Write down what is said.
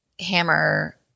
hammer